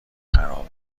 خرابه